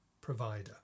provider